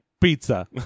pizza